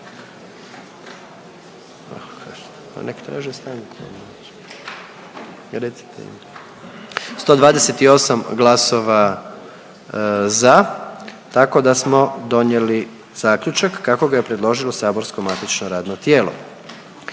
128 glasova za tako da smo donijeli zaključak kako ga je predložilo saborsko matično radno tijelo.